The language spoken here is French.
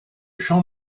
jean